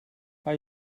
hij